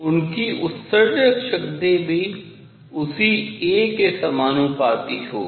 उनकी उत्सर्जक शक्ति भी उसी a के समानुपाती होगी